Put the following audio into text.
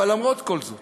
אבל למרות כל זאת,